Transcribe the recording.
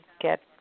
get